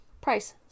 Price